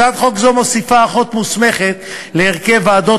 הצעת חוק זו מוסיפה אחות מוסמכת להרכב ועדות